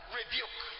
rebuke